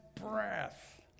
breath